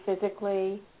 physically